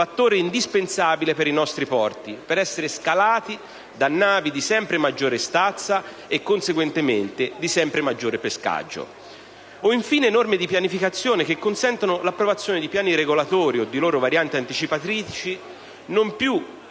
fattore indispensabile per i nostri porti, al fine di essere scalati da navi di sempre maggiore stazza e, conseguentemente, di sempre maggiore pescaggio. Sono infine necessarie norme di pianificazione che consentano l'approvazione di piani regolatori o di loro varianti anticipatrici non più